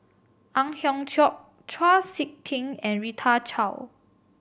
Ang Hiong Chiok Chau Sik Ting and Rita Chao